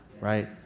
right